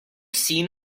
seen